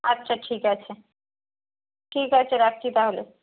আচ্ছা ঠিক আছে ঠিক আছে রাখছি তাহলে